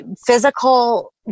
physical